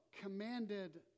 commanded